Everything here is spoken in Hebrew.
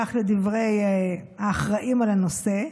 כך לדברי האחראים לנושא,